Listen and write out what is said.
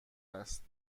است